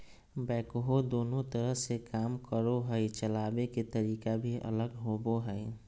backhoe दोनों तरह से काम करो हइ, चलाबे के तरीका भी अलग होबो हइ